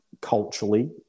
culturally